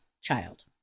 child